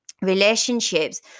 Relationships